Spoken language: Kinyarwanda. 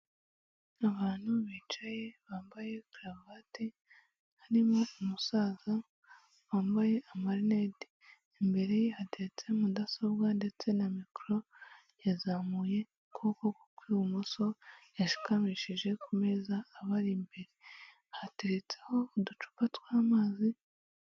Abantu bicaye, bambaye karavate, harimo umusaza wambaye amarinete. Imbere ye hateretse mudasobwa ndetse na mikoro, yazamuye ukuboko kwe kw'ibumoso yashikamishije ku meza abari imbere. Hateretseho uducupa tw'amazi